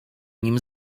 nim